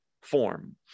form